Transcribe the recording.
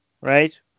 right